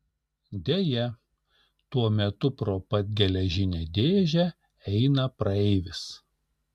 deja tuo metu pro pat geležinę dėžę eina praeivis